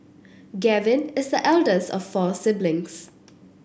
Gavin is the eldest of four siblings